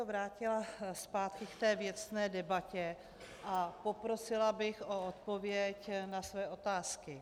Vrátila bych to zpátky k té věcné debatě a poprosila bych o odpověď na své otázky.